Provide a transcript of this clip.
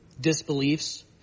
disbeliefs